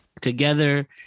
together